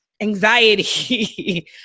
anxiety